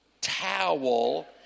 towel